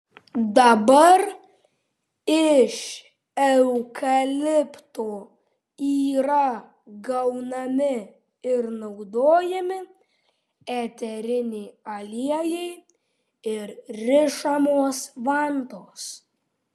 dabar iš eukalipto yra gaunami ir naudojami eteriniai aliejai ir rišamos vantos